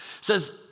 says